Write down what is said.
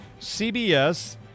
CBS